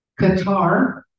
Qatar